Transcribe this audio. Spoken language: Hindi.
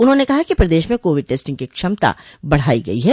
उन्होंने कहा कि प्रदेश में कोविड टेस्टिंग को क्षमता बढ़ाई गई है